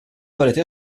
pareti